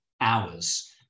hours